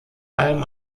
allem